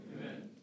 Amen